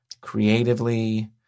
creatively